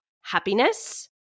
happiness